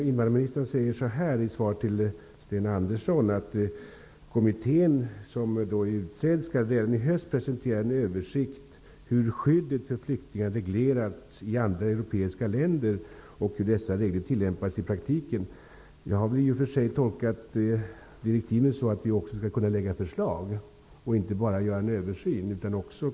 Invandrarministern säger i svaret till Sten Andersson i Malmö att den kommitté som är utsedd redan i höst skall presentera en översikt över hur skyddet för flyktingar reglerats i andra europeiska länder och hur dessa regler tillämpas i praktiken. Jag har i och för sig tolkat direktivet så att vi också skall kunna lägga fram förslag och inte bra göra en översyn.